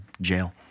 jail